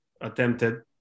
attempted